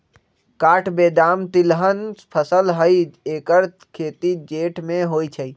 काठ बेदाम तिलहन फसल हई ऐकर खेती जेठ में होइ छइ